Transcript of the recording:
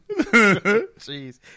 Jeez